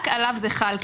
רק עליו זה חל.